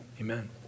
amen